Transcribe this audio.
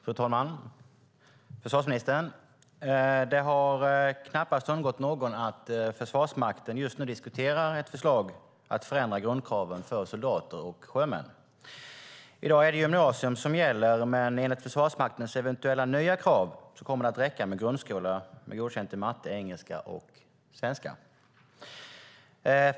Fru talman! Det har, försvarsministern, knappast undgått någon att Försvarsmakten just nu diskuterar ett förslag om att förändra grundkraven för soldater och sjömän. I dag är det gymnasium som gäller, men enligt Försvarsmaktens eventuella nya krav kommer det att räcka med grundskola med godkänt i matte, engelska och svenska.